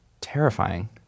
terrifying